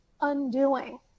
undoing